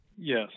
Yes